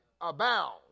abound